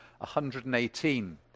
118